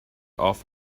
off